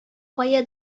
кая